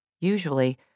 Usually